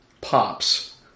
pops